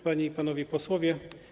Panie i Panowie Posłowie!